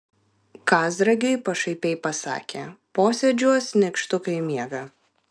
kazragiui pašaipiai pasakė posėdžiuos nykštukai miega